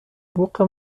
بوق